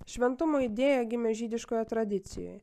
šventumo idėja gimė žydiškoje tradicijoj